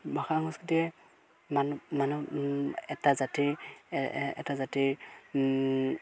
ভাষা সংস্কৃতিয়ে মানুহ এটা জাতিৰ এটা জাতিৰ